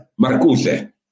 Marcuse